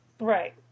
Right